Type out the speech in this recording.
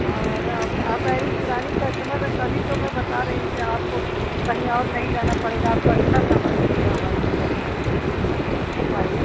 आओ अगर आप मेरी पुरानी कस्टमर हैं तभी तो मैं बता रहीं कि आपको कहीं और नहीं जाना पड़ेगा आपको अच्छा सामान मिलेगा हमारी दुकान पर आप आइए